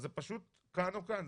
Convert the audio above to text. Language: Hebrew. אז זה פשוט כאן או כן,